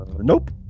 Nope